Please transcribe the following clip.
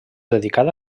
dedicada